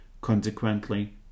consequently